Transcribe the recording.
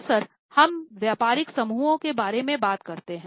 अक्सर हम व्यापारिक समूहों के बारे में बात करते हैं